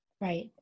Right